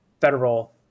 federal